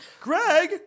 Greg